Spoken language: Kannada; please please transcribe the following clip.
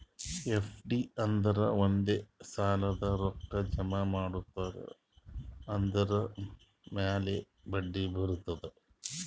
ಎಫ್.ಡಿ ಅಂದುರ್ ಒಂದೇ ಸಲಾ ರೊಕ್ಕಾ ಜಮಾ ಇಡ್ತಾರ್ ಅದುರ್ ಮ್ಯಾಲ ಬಡ್ಡಿ ಬರ್ತುದ್